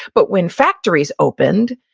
but when factories opened,